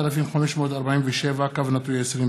פ/4547/20.